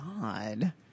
God